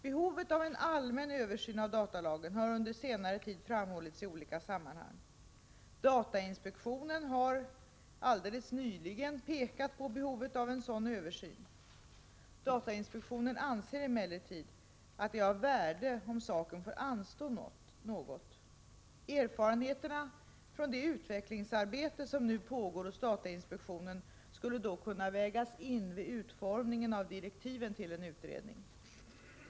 Behovet av en allmän översyn av datalagen har under senare tid framhållits i olika sammanhang. Datainspektionen har alldeles nyligen pekat på behovet av en sådan översyn. Datainspektionen anser emellertid att det är av värde om saken får anstå något. Erfarenheterna från det utvecklingsarbete som nu pågår hos datainspektionen skulle då kunna vägas in vid utformningen av direktiven till en utredning.